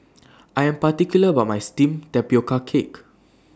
I Am particular about My Steamed Tapioca Cake